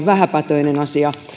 vähäpätöinen asia